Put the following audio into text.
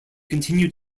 continued